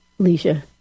Leisha